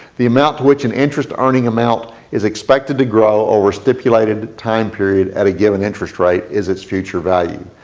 the amount to which an interest earning amount is expect to to grow over stipulated time period at a given interest rate is its future value.